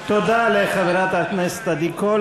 תודה לחברת הכנסת עדי קול.